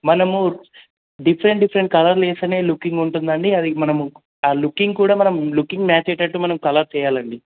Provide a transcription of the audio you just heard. మనము different different colours వేస్తేనే looking ఉంటుందండి అది మనము ఆ లుకింగ్ కూడా మనము లుకింగ్ మ్యాచ్ అయ్యేటట్టు మనం కలర్స్ వెయ్యాలండి